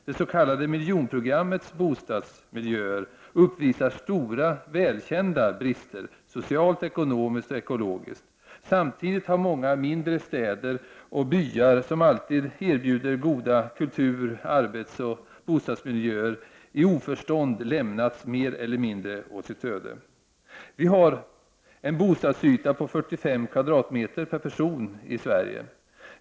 Det s.k. miljonprogrammets bostadsköer uppvisar stora, välkända brister socialt, ekonomiskt och ekologiskt. Samtidigt har många mindre städer och byar, som alltid erbjuder goda kultur-, arbetsoch bostadsmiljöer, i oförstånd lämnats mer eller mindre åt sitt öde. Vi har en bostadsyta på 45 m? per person i Sverige.